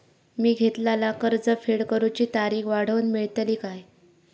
मी घेतलाला कर्ज फेड करूची तारिक वाढवन मेलतली काय?